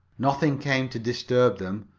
nothing came to disturb them,